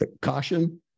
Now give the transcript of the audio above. caution